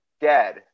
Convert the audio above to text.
dead